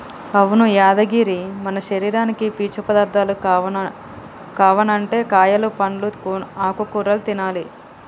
అవును యాదగిరి మన శరీరానికి పీచు పదార్థాలు కావనంటే కాయలు పండ్లు ఆకుకూరలు తినాలి